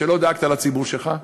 שלא דאגת לציבור שלך,